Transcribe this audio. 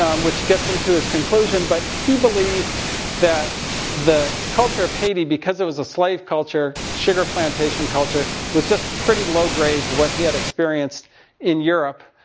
um which gets him to his conclusion. but he believed that the culture of haiti, because it was a slave culture, sugar plantation culture, was just pretty low grade compared to what he had experienced in europe.